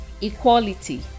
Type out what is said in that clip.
Equality